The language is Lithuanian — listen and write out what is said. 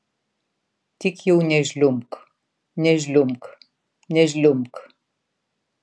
tik jau nežliumbk nežliumbk nežliumbk